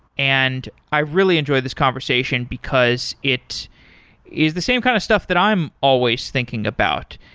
and i really enjoyed this conversation, because it is the same kind of stuff that i'm always thinking about.